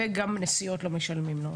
וגם נסיעות לא משלמים לו.